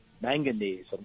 manganese